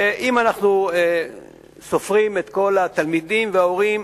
ואם אנחנו סופרים את כל התלמידים וההורים,